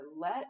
Let